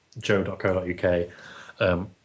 joe.co.uk